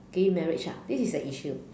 gay marriage ah this is an issue